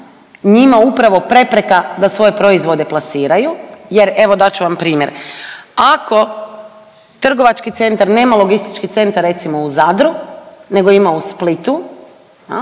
njima upravo prepreka da svoje proizvode plasiraju jer evo dat ću vam primjer, ako trgovački centar nema logistički centar recimo u Zadru nego ima u Splitu jel